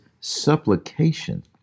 supplication